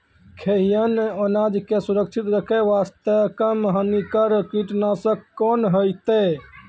खैहियन अनाज के सुरक्षित रखे बास्ते, कम हानिकर कीटनासक कोंन होइतै?